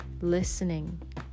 listening